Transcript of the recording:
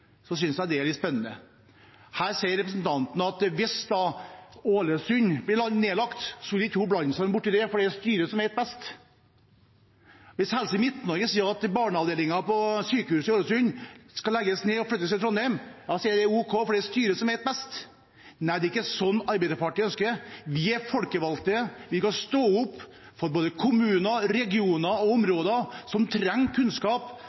det er styrene som vet best. Hvis Helse Midt-Norge skal legge ned og flytte barneavdelingen på sykehuset i Ålesund til Trondheim, er det ok, for det er styret som vet best. Det er ikke sånn Arbeiderpartiet ønsker det. Vi er folkevalgte, og vi skal stå opp for både kommuner, regioner og områder som trenger kunnskap, som trenger arbeidsplasser, og som har behov for tjenester og tilbud i samfunnet vårt. Til autonomi: Vi skal